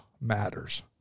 matters